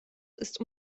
ist